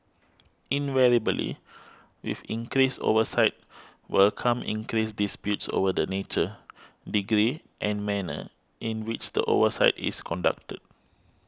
invariably with increased oversight will come increased disputes over the nature degree and manner in which the oversight is conducted